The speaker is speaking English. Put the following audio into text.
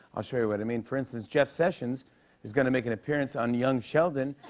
i'll show you what i mean. for instance, jeff sessions is going to make an appearance on young sheldon